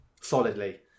solidly